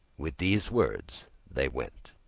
with these words they went.